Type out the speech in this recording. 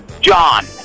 John